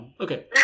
Okay